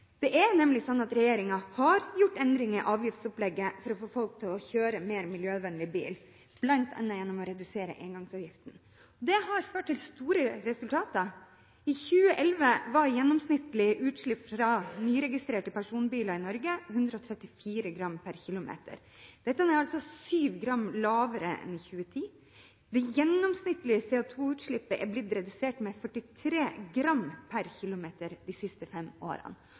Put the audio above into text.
Det er nemlig slik at regjeringen har gjort endringer i avgiftsopplegget for å få folk til å kjøre mer miljøvennlig bil, bl.a. gjennom å redusere engangsavgiften. Det har ført til gode resultater. I 2011 var gjennomsnittlig utslipp fra nyregistrerte personbiler i Norge 134 g/km. Dette er altså 7 g lavere enn i 2010. Det gjennomsnittlige CO2-utslippet er blitt redusert med 43 g/km de siste fem årene.